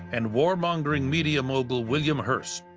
and war mongering media mogul william hearst,